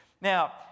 Now